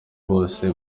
bose